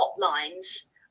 hotlines